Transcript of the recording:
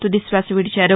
తుది శ్వాస విదిచారు